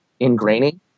ingraining